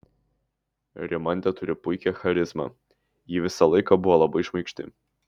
rimantė turi puikią charizmą ji visą laiką buvo labai šmaikšti